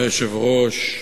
אדוני היושב-ראש,